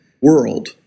world